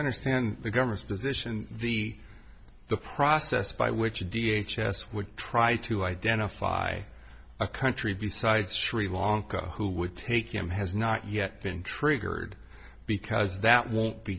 understand the government's position the the process by which a d h s s would try to identify a country besides sri lanka who would take him has not yet been triggered because that won't